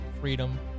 freedom